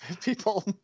people